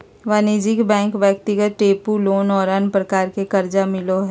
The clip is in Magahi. वाणिज्यिक बैंक ब्यक्तिगत टेम्पू लोन और अन्य प्रकार के कर्जा मिलो हइ